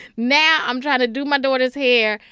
now i'm trying to do my daughter's hair.